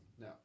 No